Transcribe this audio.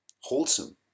wholesome